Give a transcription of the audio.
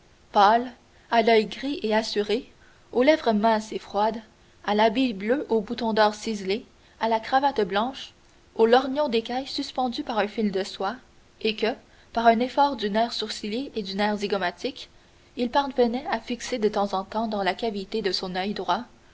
pâle à l'oeil gris et assuré aux lèvres minces et froides à l'habit bleu aux boutons d'or ciselés à la cravate blanche au lorgnon d'écaille suspendu par un fil de soie et que par un effort du nerf sourcilier et du nerf zygomatique il parvenait à fixer de temps en temps dans la cavité de son oeil droit